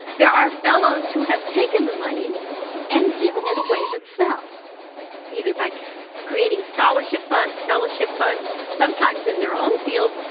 there are fellows who have taken the money and given it away themselves either by creating scholarship funds, fellowship funds, sometimes in their own fields,